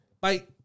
Bye